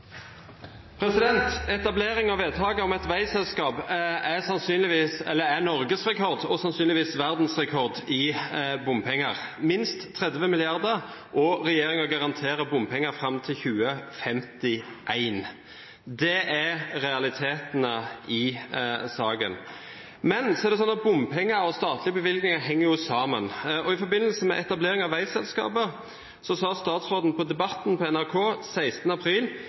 Etablering av og vedtaket om et veiselskap er norgesrekord, og sannsynligvis verdensrekord, i bompenger – minst 30 mrd. kr – og regjeringen garanterer bompenger fram til 2051. Det er realitetene i saken. Men bompenger og statlige bevilgninger henger jo sammen, og i forbindelse med veiselskapet sa statsråden på Debatten på NRK den 16. april